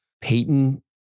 Peyton